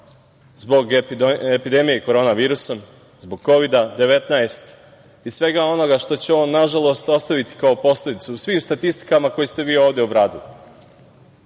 zbog epidemije korona virusa, zbog Kovida-19 i svega onoga što će on, nažalost, ostaviti kao posledicu u svim statistikama koje ste vi ovde obradili,